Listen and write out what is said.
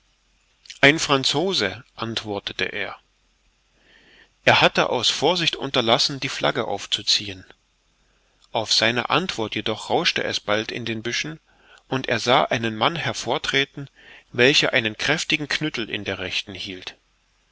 ein franzose antwortete er er hatte aus vorsicht unterlassen die flagge aufzuziehen auf seine antwort jedoch rauschte es bald in den büschen und er sah einen mann hervortreten welcher einen kräftigen knüttel in der rechten hielt